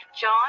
John